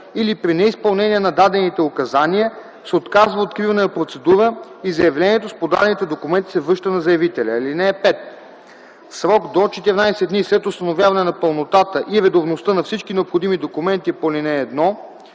или при неизпълнение на дадените указания се отказва откриване на процедура и заявлението с подадените документи се връща на заявителя. (5) В срок до 14 дни след установяване на пълнотата и редовността на всички необходими документи по ал. 1